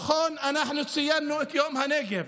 נכון, אנחנו ציינו את יום הנגב,